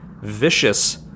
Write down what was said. vicious